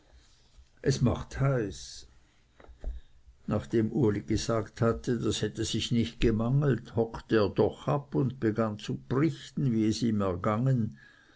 es macht heiß nachdem uli gesagt hatte das hätte sich nicht gemangelt hockete er doch ab und begann zu brichten wie es ihm ergangen